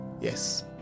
Yes